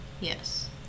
yes